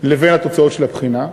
לבין התוצאות של הבחינה.